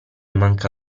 manca